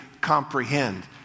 comprehend